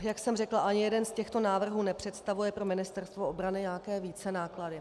Jak jsem řekla, ani jeden z těchto návrhů nepředstavuje pro Ministerstvo obrany nějaké vícenáklady.